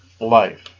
life